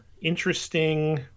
interesting